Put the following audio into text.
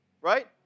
right